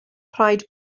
rhaid